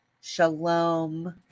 Shalom